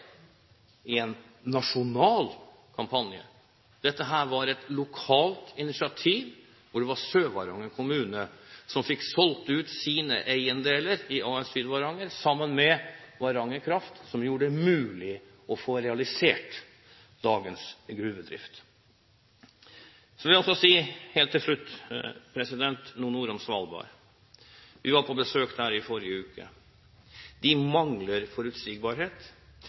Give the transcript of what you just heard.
i en nasjonal kampanje. Dette var et lokalt initiativ hvor det var Sør-Varanger kommune som fikk solgt ut sine eiendeler i AS Syd-Varanger sammen med Varanger Kraft, som gjorde det mulig å få realisert dagens gruvedrift. Så vil jeg også helt til slutt si noen ord om Svalbard. Vi var på besøk der i forrige uke. De mangler forutsigbarhet.